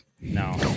No